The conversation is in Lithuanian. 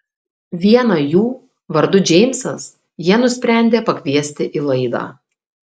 vieną jų vardu džeimsas jie nusprendė pakviesti į laidą